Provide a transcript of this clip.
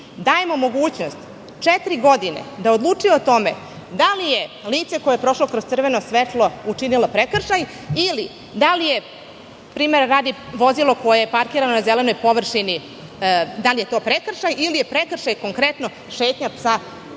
dajemo mogućnost četiri godine da odlučuje o tome da li je lice koje je prošlo kroz crveno svetlo učinilo prekršaj ili da li je, primera radi, vozilo koje je parkirano na zelenoj površini prekršaj ili je prekršaj šetnja psa bez